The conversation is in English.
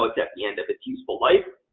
it's at the end of its useful life.